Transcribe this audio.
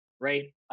Right